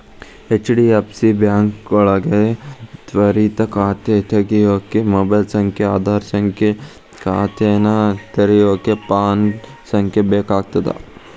HDFC ಬಾಂಕ್ನ್ಯಾಗ ತ್ವರಿತ ಖಾತೆ ತೆರ್ಯೋಕ ಮೊಬೈಲ್ ಸಂಖ್ಯೆ ಆಧಾರ್ ಸಂಖ್ಯೆ ಖಾತೆನ ತೆರೆಯಕ ಪ್ಯಾನ್ ಸಂಖ್ಯೆ ಬೇಕಾಗ್ತದ